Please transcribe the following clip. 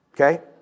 Okay